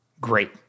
Great